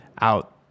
out